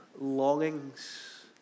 longings